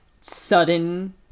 sudden